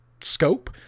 scope